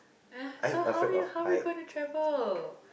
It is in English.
so how so how we're going to travel